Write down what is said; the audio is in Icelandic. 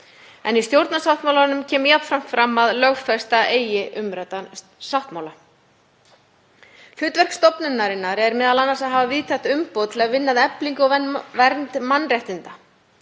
En í stjórnarsáttmálanum kemur jafnframt fram að lögfesta eigi umræddan sáttmála. Hlutverk stofnunarinnar er m.a. að hafa víðtækt umboð til að vinna að eflingu og vernd mannréttinda.